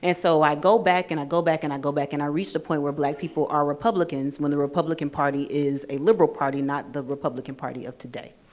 and so i go back and i go back and i go back and i reached a point where black people are republicans, when the republican party is a liberal party, not the republican party of today.